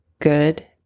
good